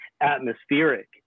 atmospheric